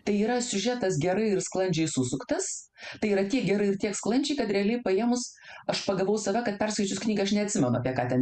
tai yra siužetas gerai ir sklandžiai susuktas tai yra tiek gerai ir tiek sklandžiai kad realiai paėmus aš pagavau save kad perskaičius knygą aš neatsimenu apie ką ten